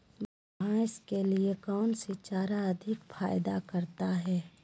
भैंस के लिए कौन सी चारा अधिक फायदा करता है?